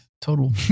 total